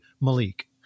Malik